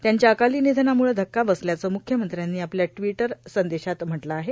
त्यांच्या अकाली निधनामुळं धक्का बसल्याचं मुख्यमंत्र्यांनी आपल्या ट्वीट संदेशात म्हटलं आहे